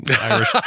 Irish